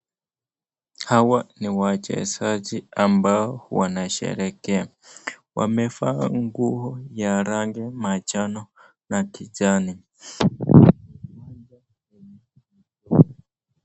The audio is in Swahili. Hawa ni wachezaji ambao wanasherehekea wamevaa nguo ya rangi ya manjano na kijani.